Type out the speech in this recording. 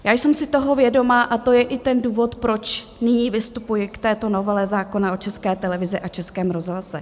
Já jsem si toho vědoma a to je i ten důvod, proč nyní vystupuji k této novele zákona o České televizi a Českém rozhlase.